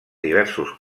diversos